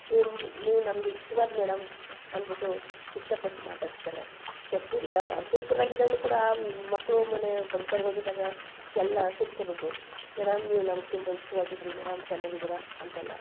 ನಿಮ್ಮ ನೀವು ನಮಗೆ ಇಷ್ಟವಾದ ಮೇಡಮ್ ಅಂದ್ಬಿಟ್ಟು ಇಷ್ಟಪಟ್ಟು ಮಾತಾಡ್ಸ್ತಾರೆ ಎಸ್ ವಿ ಅಗಸನ್ಪುರ್ದಲ್ಲಿ ಇದ್ದಾಗಲೂ ಕೂಡ ಮಕ್ಕಳು ಮೊನ್ನೆ ಫಂಕ್ಷನ್ಗೆ ಹೋಗಿದ್ದಾಗ ಎಲ್ಲ ಸುತ್ಕೊಂಡ್ಬಿಟ್ರು ಮೇಡಮ್ ನೀವು ನಮ್ಗೆ ತುಂಬ ಇಷ್ಟವಾಗಿದ್ರಿ ಮೇಡಮ್ ಚೆನ್ನಾಗಿದ್ದೀರಾ ಅಂತೆಲ್ಲ